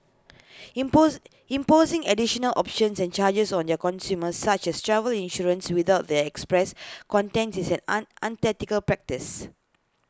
impose imposing additional options and charges on their consumers such as travel insurance without their express content is an unethical practice